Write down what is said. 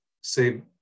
say